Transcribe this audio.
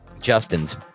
justin's